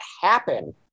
happen